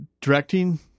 directing